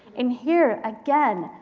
and here, again,